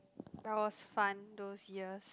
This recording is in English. but was fun those years